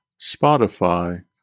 Spotify